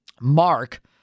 Mark